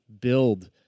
build